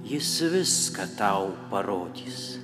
jis viską tau parodys